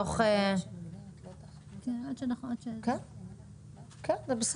אולי כל עוד זה